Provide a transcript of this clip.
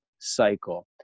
cycle